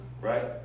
Right